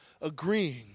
Agreeing